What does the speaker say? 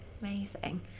amazing